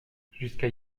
jusqu’à